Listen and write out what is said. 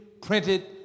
printed